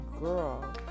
girl